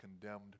condemned